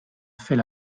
fait